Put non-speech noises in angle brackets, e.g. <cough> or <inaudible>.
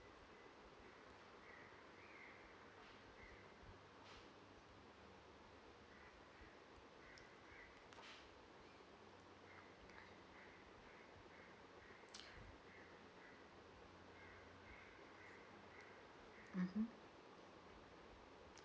<breath> mmhmm